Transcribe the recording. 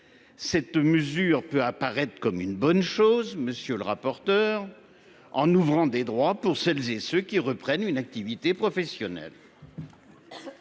Cette mesure peut apparaître comme une bonne chose, monsieur le rapporteur, en ouvrant des droits pour celles et ceux qui reprennent une activité professionnelle.